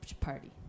party